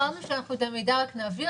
אמרנו שאנחנו את המידע נעביר,